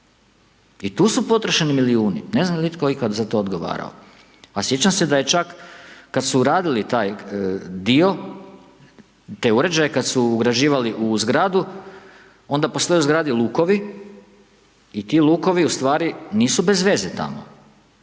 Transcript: I tu su potrošni milijuni, ne znam je li itko ikad za to odgovarao a sjećam se da je čak kad su radili taj dio, te uređaju kad su ugrađivali u zgradu onda postoje u zgradi lukovi i ti lukovi ustvari nisu bezveze tamo.